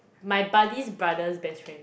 my buddy's brother's best friend